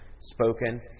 spoken